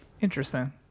Interesting